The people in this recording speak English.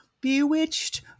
Bewitched